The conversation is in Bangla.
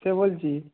সে বলছি